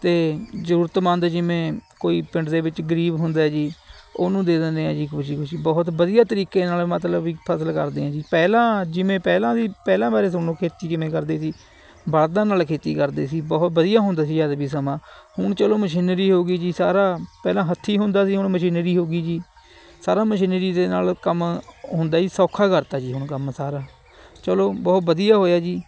ਅਤੇ ਜ਼ਰੂਰਤਮੰਦ ਜਿਵੇਂ ਕੋਈ ਪਿੰਡ ਦੇ ਵਿੱਚ ਗਰੀਬ ਹੁੰਦਾ ਜੀ ਉਹਨੂੰ ਦੇ ਦਿੰਦੇ ਹਾਂ ਜੀ ਖੁਸ਼ੀ ਖੁਸ਼ੀ ਬਹੁਤ ਵਧੀਆ ਤਰੀਕੇ ਨਾਲ ਮਤਲਬ ਵੀ ਫਸਲ ਕਰਦੇ ਹਾਂ ਜੀ ਪਹਿਲਾਂ ਜਿਵੇਂ ਪਹਿਲਾਂ ਦੀ ਪਹਿਲਾਂ ਬਾਰੇ ਸੁਣੋ ਖੇਤੀ ਕਿਵੇਂ ਕਰਦੇ ਸੀ ਬਲਦਾਂ ਨਾਲ ਖੇਤੀ ਕਰਦੇ ਸੀ ਬਹੁਤ ਵਧੀਆ ਹੁੰਦਾ ਸੀ ਜਦ ਵੀ ਸਮਾਂ ਹੁਣ ਚੱਲੋ ਮਸ਼ੀਨਰੀ ਹੋ ਗਈ ਜੀ ਸਾਰਾ ਪਹਿਲਾਂ ਹੱਥੀ ਹੁੰਦਾ ਸੀ ਹੁਣ ਮਸ਼ੀਨਰੀ ਹੋ ਗਈ ਜੀ ਸਾਰਾ ਮਸ਼ੀਨਰੀ ਦੇ ਨਾਲ ਕੰਮ ਹੁੰਦਾ ਜੀ ਸੌਖਾ ਕਰਤਾ ਜੀ ਹੁਣ ਕੰਮ ਸਾਰਾ ਚੱਲੋ ਬਹੁਤ ਵਧੀਆ ਹੋਇਆ ਜੀ